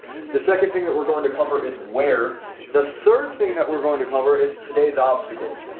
the second thing that we're going to cover is where the third thing that we're going to cover is today's obstacles.